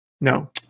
no